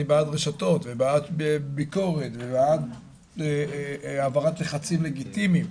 אני בעד רשתות ובעד ביקורת ובעד העברת לחצים לגיטימיים,